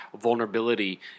vulnerability